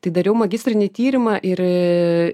tai dariau magistrinį tyrimą ir